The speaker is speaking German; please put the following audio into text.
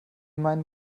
meinen